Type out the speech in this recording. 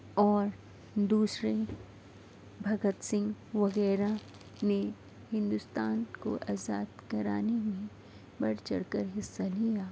اور دوسرے بھگت سنگھ وغیرہ نے ہندوستان کو آزاد کرانے میں بڑھ چڑھ کر حصہ لیا